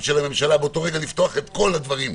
של הממשלה באותו רגע לפתוח את כל הדברים,